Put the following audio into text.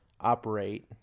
operate